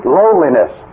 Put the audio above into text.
loneliness